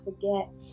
forget